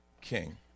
king